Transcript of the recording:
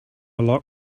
lot